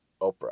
Oprah